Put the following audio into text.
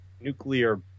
nuclear